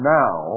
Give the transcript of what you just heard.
now